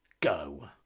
Go